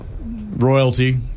royalty